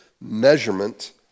measurement